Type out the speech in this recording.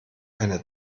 eine